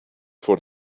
for